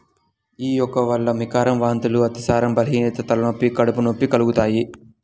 యీ మొక్క వల్ల వికారం, వాంతులు, అతిసారం, బలహీనత, తలనొప్పి, కడుపు నొప్పి కలుగుతయ్